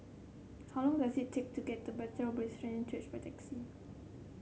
how long does it take to get to Bethel Presbyterian Church by taxi